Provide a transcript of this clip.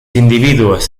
individuos